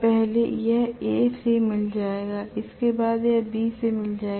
पहले यह A से मिल जाएगा इसके बाद यह B से मिल जाएगा